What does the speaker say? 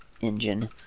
engine